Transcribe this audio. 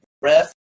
breath